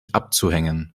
abzuhängen